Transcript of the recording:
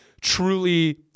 truly